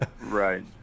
Right